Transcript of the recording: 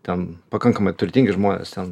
ten pakankamai turtingi žmonės ten